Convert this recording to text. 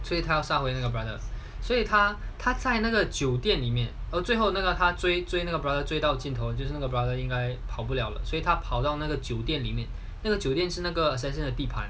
所以他要杀回那个 brother 所以他他在那个酒店里面哦最后那个他追追那个 brother 追到镜头就是那个 brother 应该跑不 liao 了所以他跑到那个酒店里面哪个酒店是那个 session 的地盘